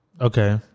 Okay